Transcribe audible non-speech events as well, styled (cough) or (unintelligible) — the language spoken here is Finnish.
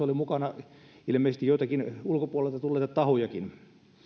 (unintelligible) oli mukana ilmeisesti joitakin ulkopuolelta tulleita tahojakin